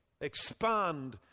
expand